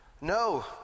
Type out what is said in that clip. no